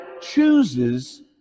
chooses